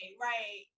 right